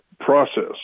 process